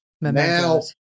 Now